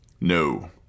No